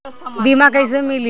बीमा कैसे मिली?